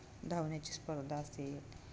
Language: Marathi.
धावण्याची स्पर्धा असेल